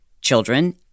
children